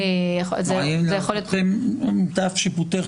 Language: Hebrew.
למיטב שיפוטך,